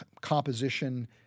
composition